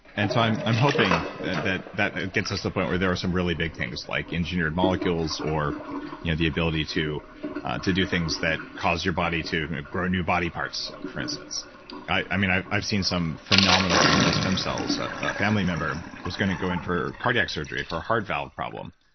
and so i'm i'm hoping that that gets us to the point where there are some really big things, like engineered molecules or you know the ability to to do things that cause your body to grow new body parts, for instance i mean, i've i've seen some phenomenal things with stem cells. a family member was gonna go in for cardiac surgery for a heart valve problem.